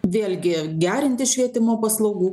vėlgi gerinti švietimo paslaugų